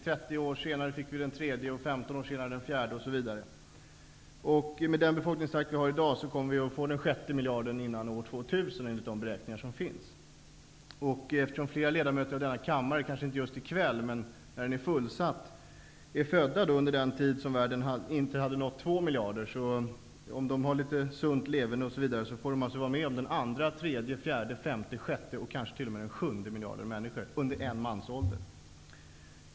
30 år senare fick vi den tredje, 15 år senare den fjärde, osv. Med den befolkningstakt vi har i dag kommer vi att få den sjätte miljarden innan år 2000 enligt de beräkningar som finns. Eftersom flera ledamöter i kammaren -- kanske inte just i kväll, men när den är fullsatt -- är födda under den tid då befolkningen i världen inte hade nått två miljarder får de med litet sunt leverne vara med om den andra, tredje, fjärde, femte, sjätte och kanske t.o.m. den sjunde miljarden människor under en mansålder.